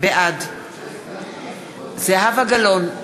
בעד זהבה גלאון,